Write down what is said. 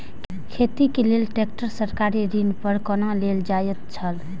खेती के लेल ट्रेक्टर सरकारी ऋण पर कोना लेल जायत छल?